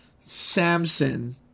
Samson